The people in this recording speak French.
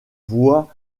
voient